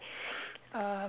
uh